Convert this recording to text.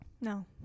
No